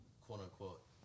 quote-unquote